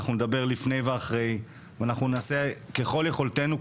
נדבר לפני ואחרי ונעשה ככל יכולתנו,